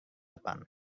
depan